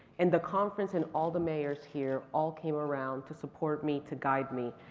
and the conference and all the mayors here all came around to support me, to guide me,